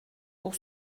pour